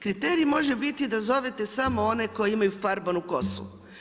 Kriterij može biti da zovete samo one koji imaju farbanu kosu.